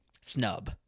snub